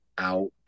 out